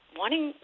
wanting